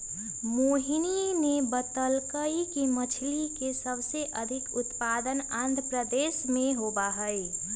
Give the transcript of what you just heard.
मोहिनी ने बतल कई कि मछ्ली के सबसे अधिक उत्पादन आंध्रप्रदेश में होबा हई